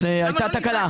זאת הייתה תקלה.